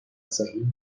سهیم